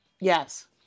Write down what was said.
Yes